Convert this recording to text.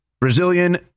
Brazilian